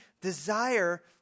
desire